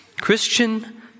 Christian